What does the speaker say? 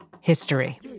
history